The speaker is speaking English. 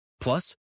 Plus